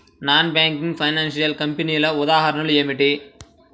Non banking financial కంపెనీల ఉదాహరణలు ఏమిటి?